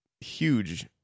huge